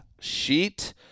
sheet